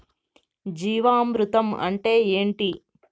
జీవామృతం అంటే ఏంటి?